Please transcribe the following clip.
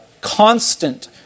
constant